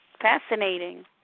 fascinating